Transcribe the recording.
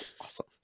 awesome